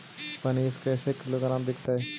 पनिर कैसे किलोग्राम विकतै?